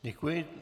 Děkuji.